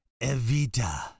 Evita